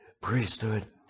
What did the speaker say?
priesthood